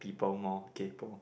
people more kaypoh